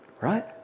right